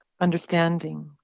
understanding